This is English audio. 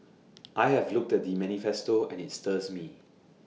I have looked the manifesto and IT stirs me